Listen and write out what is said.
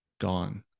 gone